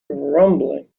rumbling